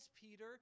Peter